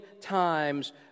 times